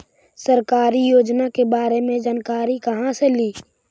सरकारी योजना के बारे मे जानकारी कहा से ली?